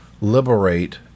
liberate